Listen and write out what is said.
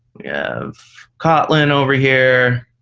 yeah have kotlin over here.